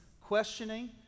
questioning